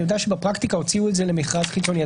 אני יודע שבפרקטיקה הוציאו את זה למכרז חיצוני.